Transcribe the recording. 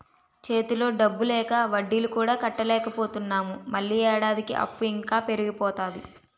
చేతిలో డబ్బు లేక వడ్డీలు కూడా కట్టలేకపోతున్నాము మళ్ళీ ఏడాదికి అప్పు ఇంకా పెరిగిపోతాది